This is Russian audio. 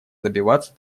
добиваться